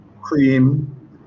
cream